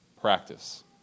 practice